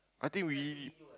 I think we